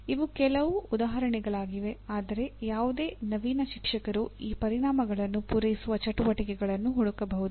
ಇವು ಕೆಲವು ಉದಾಹರಣೆಗಳಾಗಿವೆ ಆದರೆ ಯಾವುದೇ ನವೀನ ಶಿಕ್ಷಕರು ಈ ಪರಿಣಾಮಗಳನ್ನು ಪೂರೈಸುವ ಚಟುವಟಿಕೆಗಳನ್ನು ಹುಡುಕಬಹುದು